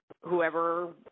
whoever